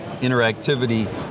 interactivity